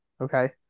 okay